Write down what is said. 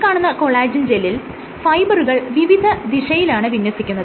ഈ കാണുന്ന കൊളാജെൻ ജെല്ലിൽ ഫൈബറുകൾ വിവിധദിശയിലാണ് വിന്യസിക്കുന്നത്